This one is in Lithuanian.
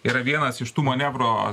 yra vienas iš tų manevro